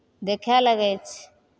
देखय लगै छै